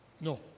No